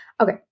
Okay